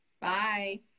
Bye